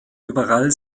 überall